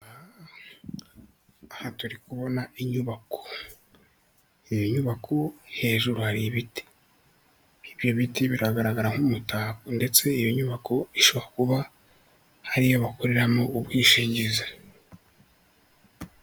Aha turi kubona inyubako, iyo nyubako hejuru hari ibiti, ibyo biti biragaragara nk'umutako ndetse iyo nyubako ishobora kuba ariyo bakoreramo ubwishingizi.